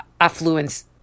affluence